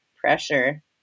pressure